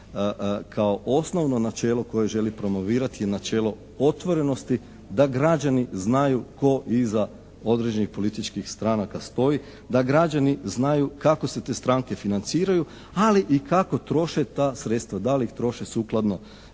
kao osnovno načelo koje želi promovirati je načelo otvorenosti da građani znaju tko iza određenih političkih stranaka stoji, da građani znaju kako se te stranke financiraju, ali i kako troše ta sredstva da li ih troše sukladno